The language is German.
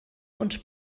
und